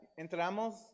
entramos